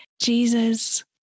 Jesus